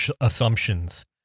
assumptions